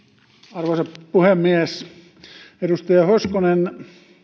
arvoisa puhemies edustaja hoskonen